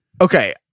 Okay